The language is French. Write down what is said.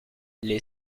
les